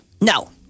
No